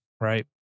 right